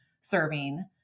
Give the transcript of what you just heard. serving